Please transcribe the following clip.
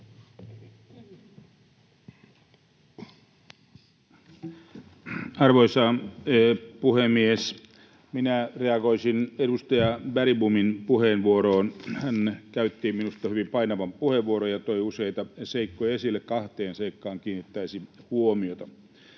Arvoisa puhemies! Minä reagoisin edustaja Bergbomin puheenvuoroon. Hän käytti minusta hyvin painavan puheenvuoron ja toi useita seikkoja esille. Kahteen seikkaan kiinnittäisin huomiota.